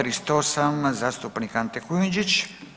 38 zastupnik Ante Kujundžić.